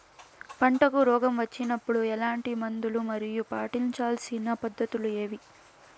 పంటకు రోగం వచ్చినప్పుడు ఎట్లాంటి మందులు మరియు పాటించాల్సిన పద్ధతులు ఏవి?